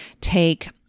take